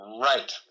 Right